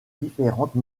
différentes